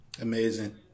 Amazing